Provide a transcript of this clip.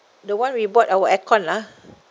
the one we bought our aircon lah